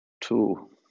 two